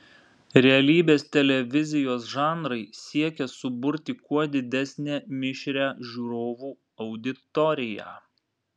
realybės televizijos žanrai siekia suburti kuo didesnę mišrią žiūrovų auditoriją